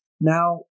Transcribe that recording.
Now